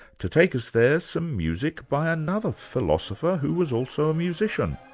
to take us there, some music by another philosopher who was also a musician,